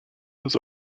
was